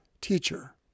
Teacher